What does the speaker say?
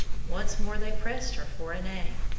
once more they pressed her for a name.